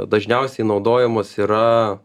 dažniausiai naudojamos yra